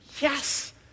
yes